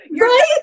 Right